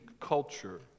culture